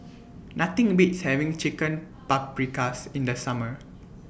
Nothing Beats having Chicken Paprikas in The Summer